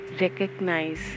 recognize